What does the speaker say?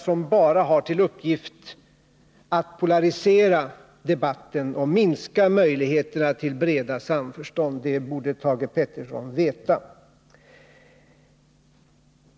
som bara har till uppgift att polarisera debatten och minska möjligheterna till breda samförstånd. Det borde Thage Peterson veta.